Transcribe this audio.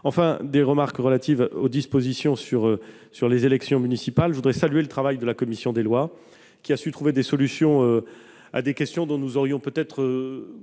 viens aux remarques relatives aux dispositions concernant les élections municipales. Je salue le travail de la commission des lois, qui a su trouver des solutions à des questions que nous aurions pensé